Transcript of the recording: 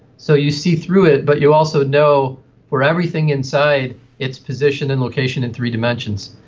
so you see through it but you also know for everything inside its position and location in three dimensions.